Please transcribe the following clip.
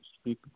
Speak